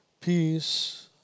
peace